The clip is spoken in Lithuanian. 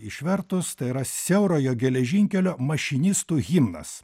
išvertus tai yra siaurojo geležinkelio mašinistų himnas